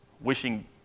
wishing